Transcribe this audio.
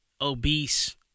obese